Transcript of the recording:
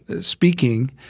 speaking